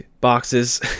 boxes